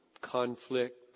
conflict